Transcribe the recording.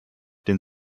den